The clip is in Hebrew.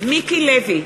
מיקי לוי,